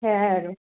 সেইয়াই আৰু